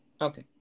Okay